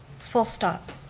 full stop.